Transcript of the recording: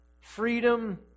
freedom